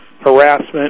harassment